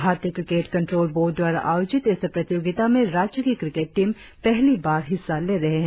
भारतीय cricket control board द्वारा आयोजित इस प्रतियोगिता में राज्य की क्रिकेट टीम पहली बार हिस्सा ले रहे है